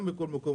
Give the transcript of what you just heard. גם בכל מקום,